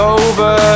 over